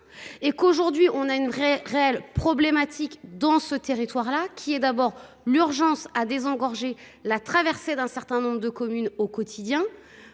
Et qu'aujourd'hui on a une vraie réelle problématique dans ce territoire là qui est d'abord l'urgence à désengorger la traversée d'un certain nombre de communes au quotidien.